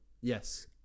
Yes